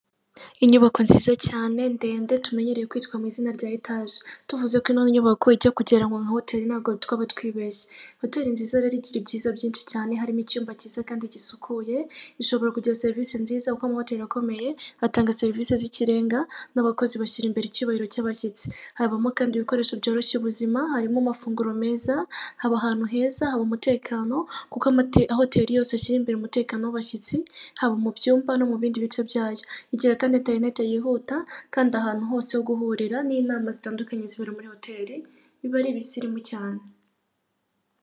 Inyubako nziza cyane ndende tumenyereye kwitwa amazina rya etaje, tuvuze ko ino nyubako ijya kugereranywa nka hoteli ntabwo tukaba twibeshya. Hoteli nziza rero ibyiza byinshi cyane harimo icyumba cyiza kandi gisukuye gishobora kugeza serivisi nziza kuko amahoteli akomeye, batanga serivisi z'ikirenga n'abakozi bashyira imbere icyubahiro cy'abashyitsi, haba kandi ibikoresho byoroshya ubuzima harimo; amafunguro meza, haba ahantu heza haba umutekano, kuko amahoteli yose ashyira imbere umutekano w'abashyitsi haba umubyumva no mu bindi bice byayo bigira kandi interineti yihuta kandi ahantu hose ho guhurira n'inama zitandukanye zibera muri hoteli biba ari ibisirimu cyane.